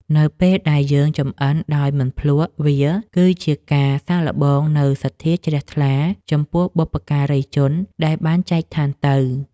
នៅពេលដែលយើងចម្អិនដោយមិនភ្លក្សវាគឺជាការសាកល្បងនូវសទ្ធាជ្រះថ្លាចំពោះបុព្វការីជនដែលបានចែកឋានទៅ។